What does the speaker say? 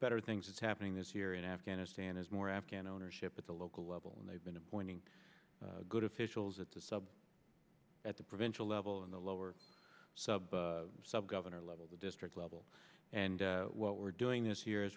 better things is happening this year in afghanistan is more afghan ownership at the local level and they've been appointing good officials at the sub at the provincial level in the lower sub sub governor level the district level and what we're doing this year